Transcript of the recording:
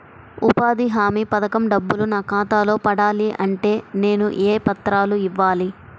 ఉపాధి హామీ పథకం డబ్బులు నా ఖాతాలో పడాలి అంటే నేను ఏ పత్రాలు ఇవ్వాలి?